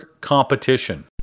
competition